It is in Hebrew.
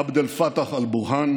עבד אל-פתאח אל בורהאן